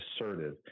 assertive